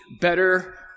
better